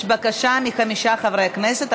יש בקשה מחמישה חברי כנסת,